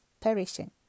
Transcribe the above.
perishing